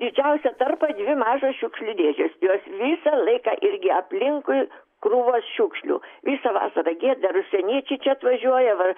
didžiausią tarpą dvi mažos šiukšlių dėžės jos visą laiką irgi aplinkui krūvos šiukšlių visą vasarą gėda ar užsieniečiai čia atvažiuoja va